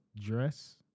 dress